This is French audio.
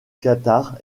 qatar